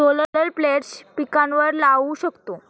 solar plates पिकांवर लाऊ शकतो